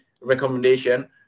recommendation